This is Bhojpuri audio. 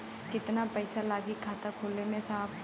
कितना पइसा लागि खाता खोले में साहब?